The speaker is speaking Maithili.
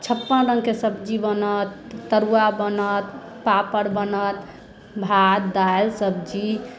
छप्पन रङ्ग के सब्जी बनत तरुआ बनत पापड़ बनत भात दालि सब्जी